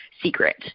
secret